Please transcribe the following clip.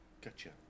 Gotcha